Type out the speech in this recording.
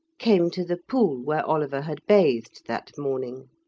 came to the pool where oliver had bathed that morning.